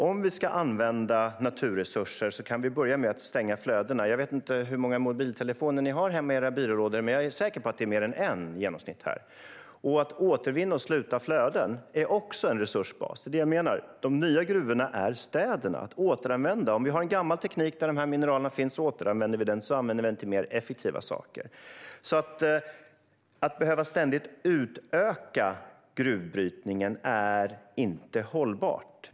Om vi ska använda naturresurser kan vi börja med att stänga flödena. Jag vet inte hur många mobiltelefoner ni har hemma i era byrålådor, men jag är säker på att det här i genomsnitt är mer än en. Att återvinna och sluta flöden är också en resursbas. Det är vad jag menar. De nya gruvorna är städerna. Det handlar om att återanvända. Om vi har en gammal teknik där mineralerna finns återanvänder vi dem och använder dem till mer effektiva saker. Att ständigt behöva utöka gruvbrytningen är inte hållbart.